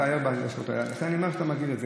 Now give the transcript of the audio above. אתה ער בשעות האלה, לכן אני אומר שאתה מכיר את זה.